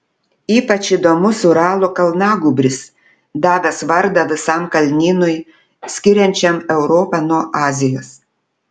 ypač įdomus uralo kalnagūbris davęs vardą visam kalnynui skiriančiam europą nuo azijos